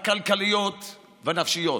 הכלכליות והנפשיות.